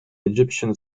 egyptian